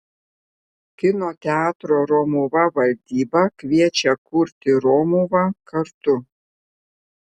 kino teatro romuva valdyba kviečia kurti romuvą kartu